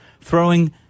throwing